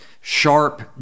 sharp